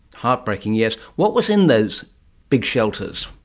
heartbreaking, yes. what was in those big shelters?